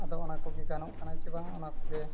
ᱟᱫᱚ ᱚᱱᱟᱠᱚᱜᱮ ᱜᱟᱱᱚᱜ ᱠᱟᱱᱟ ᱥᱮ ᱵᱟᱝᱟ ᱚᱱᱟ ᱠᱚᱜᱮ